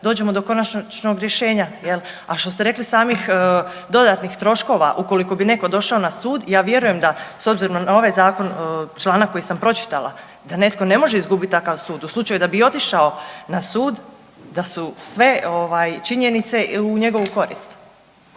dođemo do konačnog rješenja. A što ste rekli samih dodatnih troškova ukoliko bi netko došao na sud, ja vjerujem da s obzirom na ovaj zakon, članak koji sam pročitala da netko ne može izgubiti takav sud u slučaju da bi i otišao na sud, da su sve činjenice u njegovu korist.